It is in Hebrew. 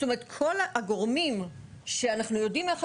אני יודעת מי הגורמים שמכשילים את זה.